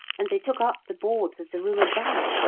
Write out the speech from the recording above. and they took up the boards of the room above.